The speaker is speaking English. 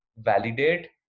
validate